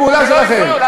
שלא הפריעו.